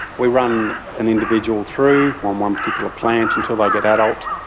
we run an individual through on one particular plant until they get adult,